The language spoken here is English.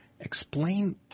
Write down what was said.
explain